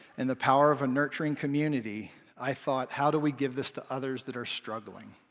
and the power of a nurturing community i thought, how do we give this to others that are struggling?